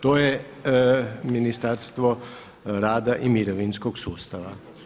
To je Ministarstvo rada i mirovinskog sustava.